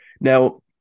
Now